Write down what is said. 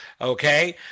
Okay